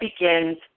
begins